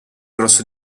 grosso